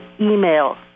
email